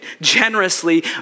generously